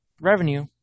revenue